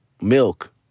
milk